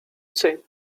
say